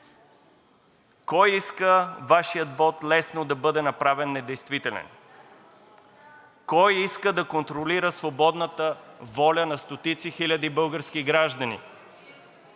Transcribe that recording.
кой иска Вашият вот лесно да бъде направен недействителен, кой иска да контролира свободната воля на стотици хиляди български граждани,